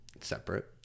separate